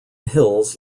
hills